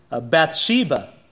Bathsheba